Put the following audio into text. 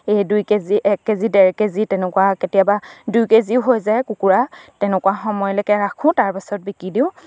এই দুই কেজি এক কেজি ডেৰ কেজি তেনেকুৱা কেতিয়াবা দুই কেজিও হৈ যায় কুকুৰা তেনেকুৱা সময়লৈকে ৰাখোঁ তাৰপাছত বিকি দিওঁ